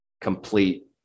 complete